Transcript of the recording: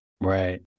Right